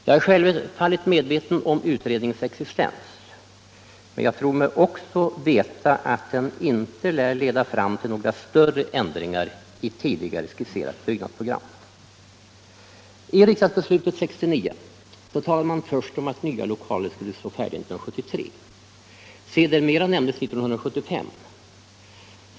Jag är självfallet medveten om utredningens existens, men jag tror mig också veta att den inte kommer att leda fram till några större ändringar i tidigare skisserat byggnadsprogram. I riksdagsbeslutet 1969 talade man först om att nya lokaler skulle stå färdiga 1973. Sedan nämndes 1975.